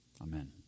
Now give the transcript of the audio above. Amen